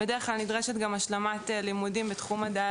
בדרך כלל נדרשת גם השלמת לימודים בתחום מדעי